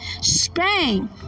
Spain